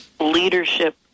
leadership